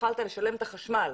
התחלת לשלם את החשמל,